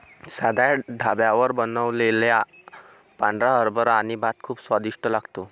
साध्या ढाब्यावर बनवलेला पांढरा हरभरा आणि भात खूप स्वादिष्ट लागतो